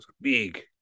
big